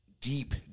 Deep